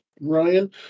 Ryan